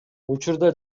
учурда